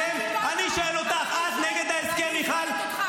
תקריא את מה שאורית סטרוק כתבה.